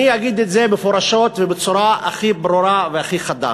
אני אגיד את זה מפורשות ובצורה הכי ברורה והכי חדה,